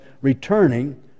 returning